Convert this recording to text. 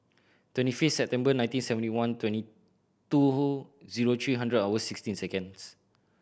twenty fifth September nineteen seventy one twenty two who zero three hundred hours sixteen seconds